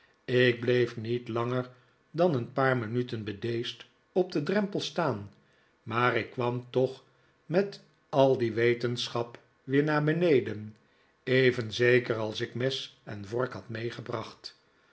ik bleef niet langer dan een paar minuten bedeesd op den drempel staan maar ik kwam toch met al die wetenschap weer naar beneden even zeker als ik mes en vork had meegebracht